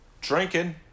drinking